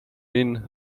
linn